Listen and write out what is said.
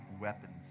weapons